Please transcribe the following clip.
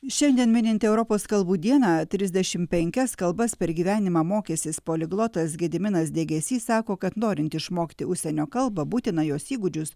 šiandien minint europos kalbų dieną trisdešim penkias kalbas per gyvenimą mokęsis poliglotas gediminas degėsys sako kad norint išmokti užsienio kalbą būtina jos įgūdžius